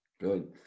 Good